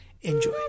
Enjoy